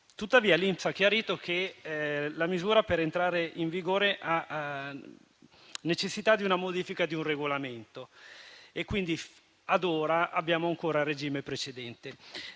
Tuttavia, l'INPS ha chiarito che la misura, per entrare in vigore, ha necessità di una modifica un regolamentare, quindi, ad ora, abbiamo ancora il regime precedente.